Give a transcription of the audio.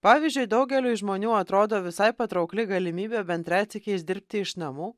pavyzdžiui daugeliui žmonių atrodo visai patraukli galimybė bent retsykiais dirbti iš namų